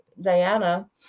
Diana